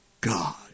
God